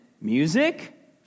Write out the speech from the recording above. music